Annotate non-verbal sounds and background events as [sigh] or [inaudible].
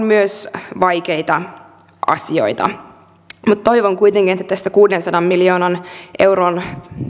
[unintelligible] myös vaikeita asioita toivon kuitenkin että tästä kuudensadan miljoonan euron